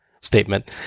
statement